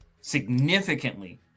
significantly